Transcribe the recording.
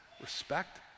respect